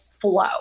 flow